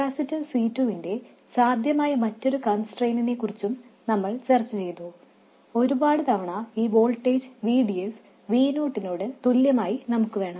capacitor C2 ന്റെ സാധ്യമായ മറ്റൊരു കൺസ്ട്രെയിൻറിനെ കുറിച്ചും നമ്മൾ ചർച്ച ചെയ്തു ഒരുപാട് തവണ ഈ വോൾട്ടേജ് VDS V0നോട് തുല്യമായി നമുക്ക് വേണം